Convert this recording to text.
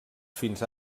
fins